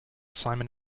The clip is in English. simon